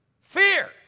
Fear